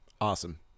Awesome